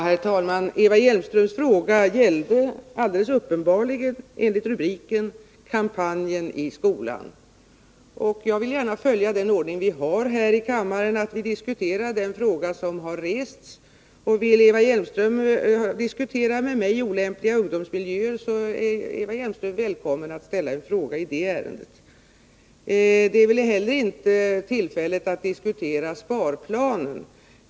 Herr talman! Eva Hjelmströms fråga gällde alldeles uppenbarligen enligt rubriken kampanjen mot våld i skolan. Jag vill gärna följa den ordning som tillämpas här i kammaren att vi diskuterar den fråga som har ställts. Vill Eva Hjelmström diskutera olämpliga ungdomsmiljöer med mig är hon välkommen att ställa en fråga i det ärendet. Här är väl inte heller tillfället att diskutera sparplanen.